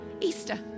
Easter